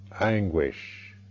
anguish